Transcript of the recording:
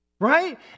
Right